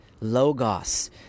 logos